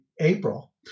April